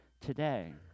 today